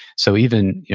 so even,